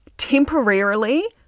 temporarily